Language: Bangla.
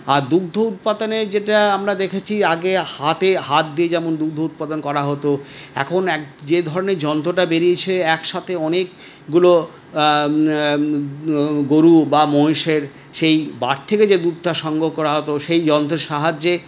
আর দুগ্ধ উৎপাতানের যেটা আমরা দেখেছি আগে হাতে হাত দিয়ে যেমন দুধ উৎপাদন করা হত এখন এক যে ধরনের যন্ত্রটা বেরিয়েছে একসাথে অনেকগুলো গরু বা মহিষের সেই বাট থেকে যে দুধটা সংগ্রহ করা হত সেই যন্ত্রের সাহায্যে